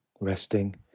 resting